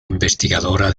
investigadora